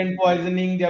poisoning